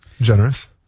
Generous